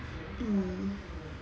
mm